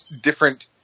different